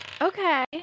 Okay